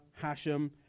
Hashem